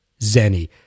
zenny